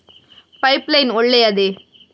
Pipe line ಒಳ್ಳೆಯದೇ?